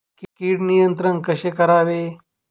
कीड नियंत्रण कसे करावे?